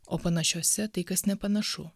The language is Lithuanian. o panašiuose tai kas nepanašu